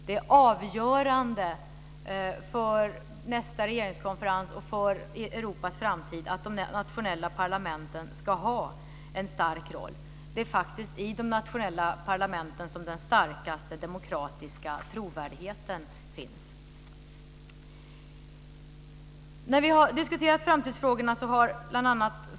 Det är avgörande för nästa regeringskonferens och för Europas framtid att de nationella parlamenten ska ha en stark roll. Det är faktiskt i de nationella parlamenten som den starkaste demokratiska trovärdigheten finns. När vi har diskuterat framtidsfrågorna har bl.a.